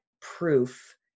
proof